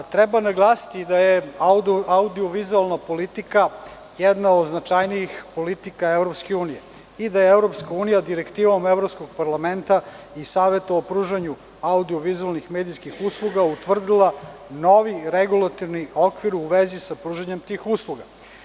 Treba naglasiti da je audio-vizuelna politika jedna od značajnijih politika EU i da je EU Direktivom Evropskog parlamenta i Saveta o pružanju audio-vizuelnih medijskih usluga utvrdila novi regulativni okvir u vezi sa pružanjem tih usluga.